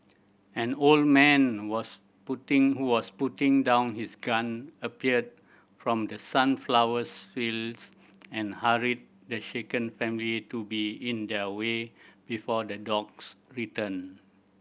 an old man was putting who was putting down his gun appeared from the sunflowers fields and hurried the shaken family to be in their way before the dogs return